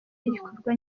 n’igikorwa